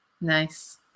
nice